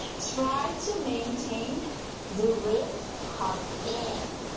try to maintain the ribs hugged in,